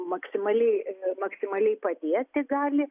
maksimaliai maksimaliai padėti gali